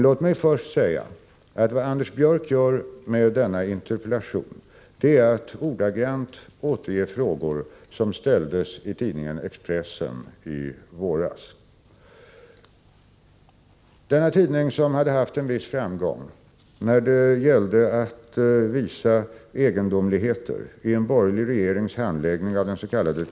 Låt mig först säga, att vad Anders Björck gör är att ordagrant återge frågor som ställdes i tidningen Expressen i våras. Denna tidning — som hade en viss framgång när det gällde att visa egendomligheter i en borgerlig regerings handläggning av dens.k.